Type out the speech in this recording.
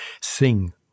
sing